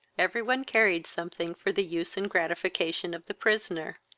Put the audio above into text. every one carried something for the use and gratification of the prisoner.